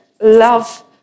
love